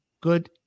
good